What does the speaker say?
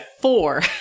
Four